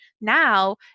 now